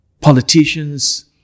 politicians